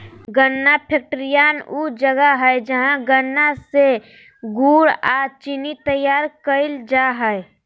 गन्ना फैक्ट्रियान ऊ जगह हइ जहां गन्ना से गुड़ अ चीनी तैयार कईल जा हइ